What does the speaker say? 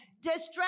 Distress